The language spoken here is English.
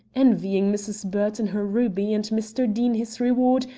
envying mrs. burton her ruby and mr. deane his reward,